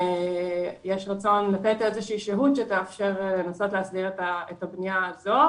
יש רצון לתת איזו שהיא שהות שתאפשר לנסות להסדיר את הבניה הזו,